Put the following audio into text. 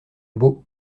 beau